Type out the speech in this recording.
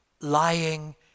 lying